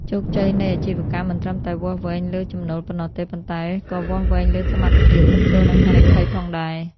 ជោគជ័យនៃអាជីវកម្មមិនត្រឹមតែវាស់វែងលើចំណូលប៉ុណ្ណោះទេ ប៉ុន្តែក៏វាស់វែងលើសមត្ថភាព ទប់ទល់នឹងហានិភ័យ ផងដែរ។